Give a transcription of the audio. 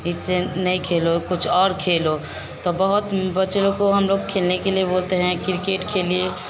इसे नहीं खेलो कुछ और खेलो तो बहुत बच्चे लोग को हम लोग खेलने के लिए बोलते हैं किरकेट खेलिए